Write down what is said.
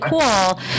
cool